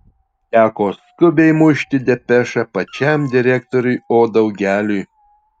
teko skubiai mušti depešą pačiam direktoriui o daugeliui